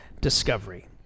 discovery